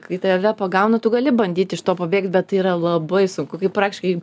kai tave pagauna tu gali bandyti iš to pabėgt bet tai yra labai sunku kai praktiškai